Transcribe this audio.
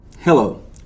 Hello